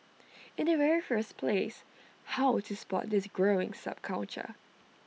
in the very first place how to spot this growing subculture